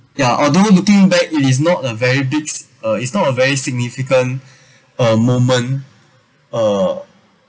yeah although looking back it is not a very big uh it's not a very significant uh moment uh